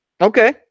Okay